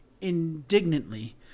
indignantly